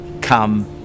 come